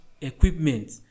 equipment